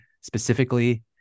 specifically